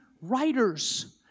writers